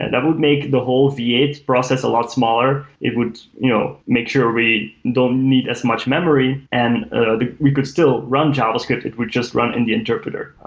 and that would make the whole v eight process a lot smaller. it would you know make sure everybody don't need as much memory, and ah we could still run javascript. it would just run in the interpreter.